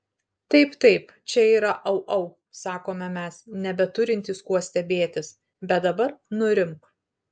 taip taip čia yra au au sakome mes nebeturintys kuo stebėtis bet dabar nurimk